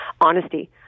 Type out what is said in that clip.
honesty